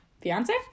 fiance